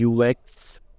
UX